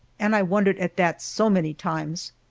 and i wondered at that so many times.